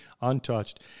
untouched